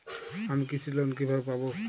আমি কৃষি লোন কিভাবে পাবো?